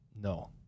no